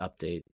update